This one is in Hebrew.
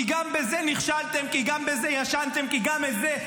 כי גם בזה נכשלתם,